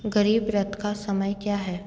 गरीब रथ का समय क्या है